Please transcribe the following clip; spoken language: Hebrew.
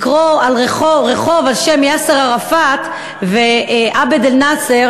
לקרוא רחוב על שם יאסר ערפאת ועבד אל-נאצר